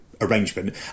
arrangement